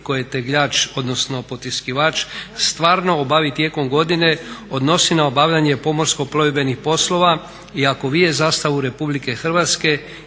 koje tegljač odnosno potiskivač stvarno obavi tijekom godine odnosi na obavljanje pomorsko plovidbenih poslova i ako vide zastavu RH ili druge